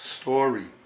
story